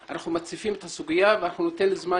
אנחנו מציפים את הסוגיה ואנחנו ניתן זמן